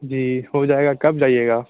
जी हो जाएगा कब जाइएगा